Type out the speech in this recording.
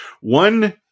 One